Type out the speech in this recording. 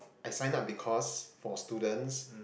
I signed up because for students